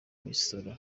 misoro